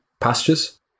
pastures